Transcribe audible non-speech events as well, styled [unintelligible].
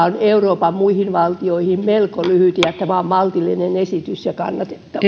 [unintelligible] on euroopan muihin valtioihin verrattuna melko lyhyt tämä on maltillinen ja kannatettava [unintelligible]